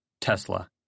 Tesla